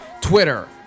Twitter